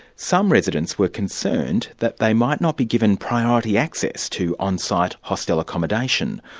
some residents were concerned that they might not be given priority access to on-site hostel accommodation,